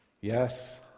Yes